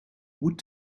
would